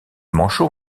manchot